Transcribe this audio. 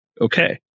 Okay